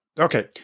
Okay